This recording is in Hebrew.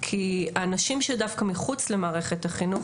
כי האנשים שדווקא מחוץ למערכת החינוך